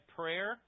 prayer